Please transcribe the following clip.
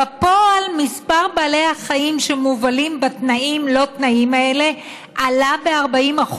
מספר בעלי החיים שמובלים בתנאים לא תנאים האלה עלה ב-40%.